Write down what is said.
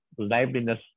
liveliness